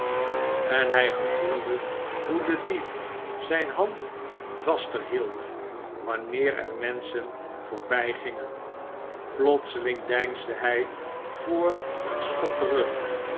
en hij gevoelde hoe de dief zijne hand vaster hield wanneer er menschen voorbijgingen plotseling deinsde hij voor een schot terug